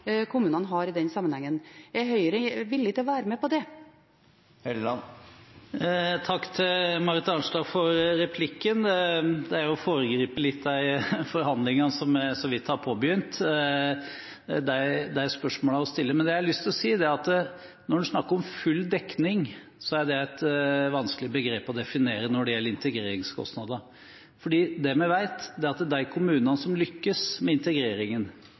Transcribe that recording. kommunene har i den sammenhengen. Er Høyre villige til å være med på det? Takk til Marit Arnstad for replikken. Det er å foregripe litt de forhandlingene som så vidt er påbegynt, de spørsmålene hun stiller. Det jeg har lyst til å si, er at når vi snakker om full dekning, så er det et vanskelig begrep å definere når det gjelder integreringskostnader. For det vi vet, er at de kommunene som lykkes med integreringen